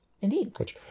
Indeed